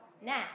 Now